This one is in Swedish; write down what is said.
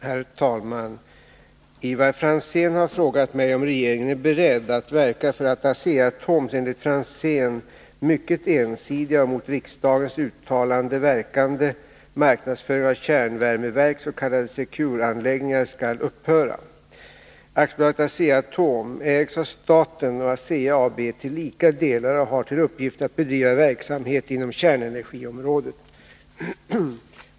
Herr talman! Ivar Franzén har frågat mig om regeringen är beredd att verka för att Asea-Atoms enligt Franzén ”mycket ensidiga och mot AB Asea-Atom ägs av staten och ASEA AB till lika delar och har till uppgift att bedriva verksamhet inom kärnenergiområdet.